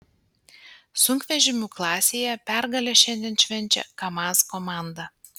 sunkvežimių klasėje pergalę šiandien švenčia kamaz komanda